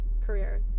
career